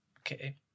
Okay